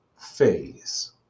phase